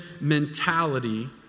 mentality